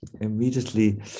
immediately